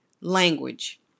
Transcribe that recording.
language